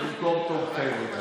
במקום "תומכי בריתה".